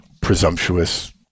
presumptuous